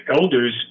Elders